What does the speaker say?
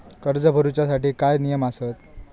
कर्ज भरूच्या साठी काय नियम आसत?